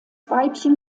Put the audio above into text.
weibchen